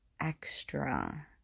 extra